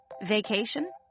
Vacation